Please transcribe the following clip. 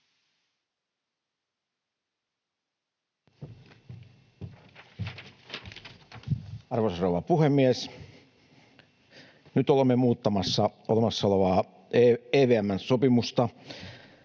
Arvoisa rouva puhemies! Nyt olemme muuttamassa olemassa olevaa EVM:n sopimusta.